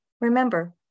Remember